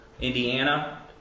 Indiana –